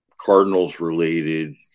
Cardinals-related